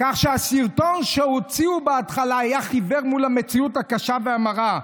כך שהסרטון שהוציאו בהתחלה היה חיוור מול המציאות הקשה והמרה.